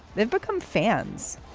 they've become fans.